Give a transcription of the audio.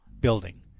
building